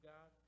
God